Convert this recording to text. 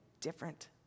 different